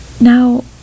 now